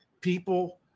people